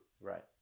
right